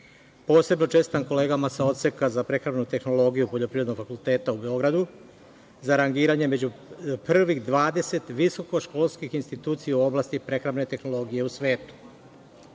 Posebno čestitam kolega sa Odseka za prehrambenu tehnologiju Poljoprivrednog fakulteta u Beogradu za rangiranje među prvih 20 visokoškolskih institucija u oblasti prehrambene tehnologije u